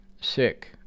sick